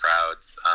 crowds